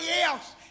else